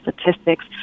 statistics